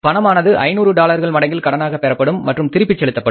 பணமானது ஐநூறு டாலர்கள் மடங்கில் கடனாக பெறப்படும் மற்றும் திருப்பி செலுத்தப்படும்